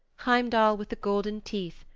heimdall with the golden teeth,